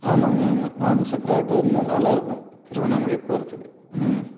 ஆமாங்க ஆமாம் நான்கு சக்கர ஆட்டோ இருந்தால் நல்லாயிருக்கும் திருவண்ணாமலை போகிறதுக்கு ம்